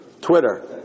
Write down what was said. Twitter